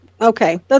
Okay